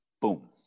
boom